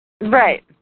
Right